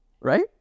Right